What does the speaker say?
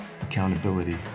accountability